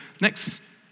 next